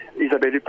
Isabelle